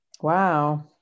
Wow